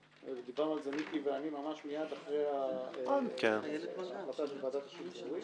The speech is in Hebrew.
דיברנו על זה מיקי ואני ממש מיד אחרי ההחלטה של ועדת השחרורים.